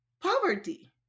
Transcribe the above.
poverty